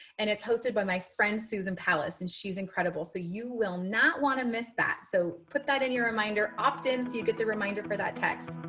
and it's hosted by my friend susan palace. and she's incredible. so you will not want to miss that. so put that in your reminder. opt-in, so you get the reminder for that text.